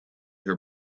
her